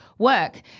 work